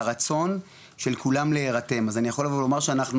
והרצון של כולם להירתם אז אני יכול לבוא ולומר שאנחנו